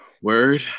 Word